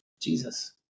Jesus